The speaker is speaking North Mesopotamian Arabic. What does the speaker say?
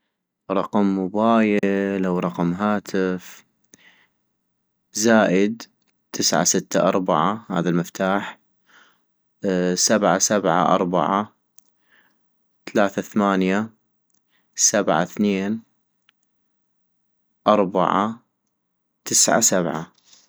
رقم موبايل او رقم هاتف - زائد تسعة ستة اربعة ، هذا المفتاح ، سبعة سبعة اربعة ثلاثة ثمانية سبعة ثنين اربعة تسعة سبعة